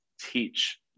teach